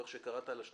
או איך שקראת לה,